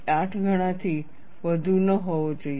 8 ગણાથી વધુ ન હોવો જોઈએ